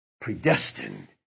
Predestined